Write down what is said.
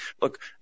Look